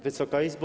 Wysoka Izbo!